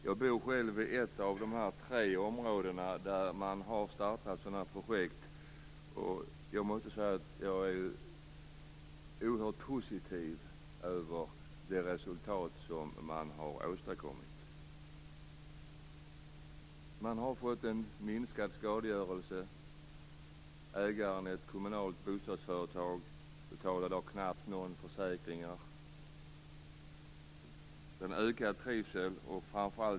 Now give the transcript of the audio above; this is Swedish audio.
Jag bor själv i ett av dessa tre områden där man har startat sådan projekt. Jag är oerhört positivt överraskad av det resultat som man har åstadkommit. Man har fått en minskad skadegörelse. Ägaren som är ett kommunalt bostadsföretag betalar knappt några försäkringar. Trivseln har ökat.